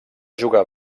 jugar